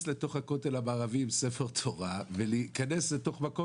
לתוך הכותל המערבי עם ספר תורה ולהיכנס לתוך מקום